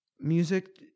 music